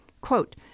Quote